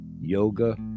yoga